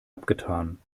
abgetan